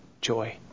joy